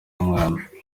umwana